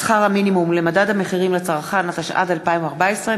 התשע"ד 2014,